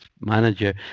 manager